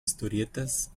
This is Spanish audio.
historietas